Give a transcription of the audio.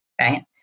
right